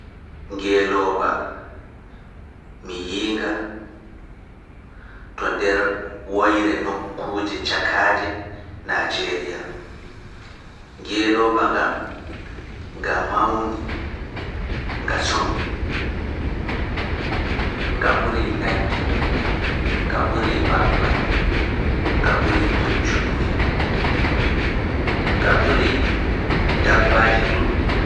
Ngeelooba, mi yiinga to nder woyre nokkuuje cakaaje Naajeriya. Ngeelooba ngan, nga mawni, nga somi, nga ɓurii nagge, nga ɓurii mbabba, nga ɓurii puccu, nga ɓurii dabbaaji ɗuɗɗi.